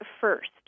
first